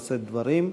לשאת דברים,